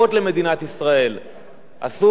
עשו נצורות למען ביטחונה,